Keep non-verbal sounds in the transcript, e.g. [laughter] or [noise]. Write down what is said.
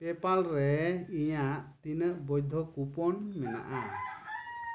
PayPal [unintelligible] ᱨᱮ ᱤᱧᱟᱹᱜ ᱛᱤᱱᱟ ᱜ ᱵᱚᱭᱫᱷᱚ ᱠᱩᱯᱚᱱ ᱢᱮᱱᱟᱫᱼᱟ